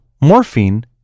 morphine